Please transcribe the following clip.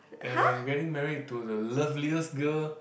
and I'm getting married to the loveliest girl